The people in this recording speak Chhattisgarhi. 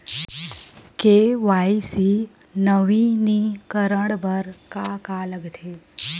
के.वाई.सी नवीनीकरण बर का का लगथे?